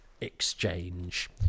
exchange